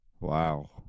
Wow